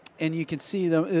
and you can see them,